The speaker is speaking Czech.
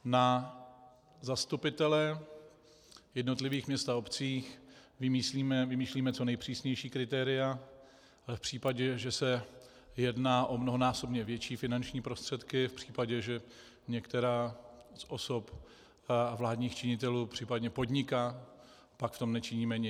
Na zastupitele jednotlivých měst a obcí vymýšlíme co nejpřísnější kritéria, ale v případě, že se jedná o mnohonásobně větší finanční prostředky, v případě, že některá z osob vládních činitelů případně podniká, pak v tom nečiníme nic.